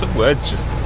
but words just,